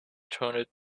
turned